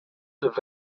that